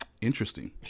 Interesting